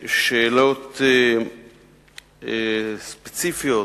שאלות ספציפיות